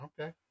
okay